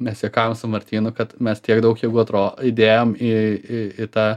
mes juokam su martynu kad mes tiek daug jėgų atro įdėjom į į į tą